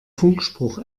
funkspruch